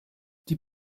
die